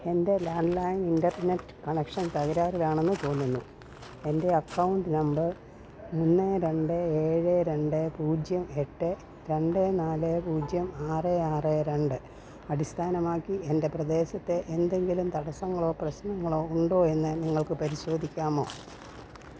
എൻ്റെ landline internet connection തകരാറിലാണെന്ന് തോന്നുന്നു എൻ്റെ അക്കൗണ്ട് നമ്പർ മൂന്ന് രണ്ട് ഏഴ് രണ്ട് പൂജ്യം എട്ട് രണ്ട് നാല് പൂജ്യം ആറ് ആറ് രണ്ട് അടിസ്ഥാനമാക്കി എൻ്റെ പ്രദേശത്തെ എന്തെങ്കിലും തടസ്സങ്ങളോ പ്രശ്നങ്ങളോ ഉണ്ടോ എന്ന് നിങ്ങൾക്ക് പരിശോധിക്കാമോ